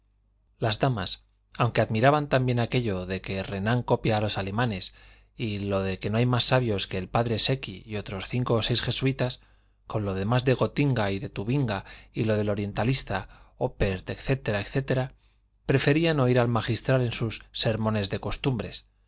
las damas aunque admiraban también aquello de que renan copia a los alemanes y lo de que no hay más sabios que el p secchi y otros cinco o seis jesuitas con lo demás de gtinga y de tubinga y lo del orientalista oppert etc etc preferían oír al magistral en sus sermones de costumbres